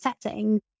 setting